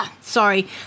sorry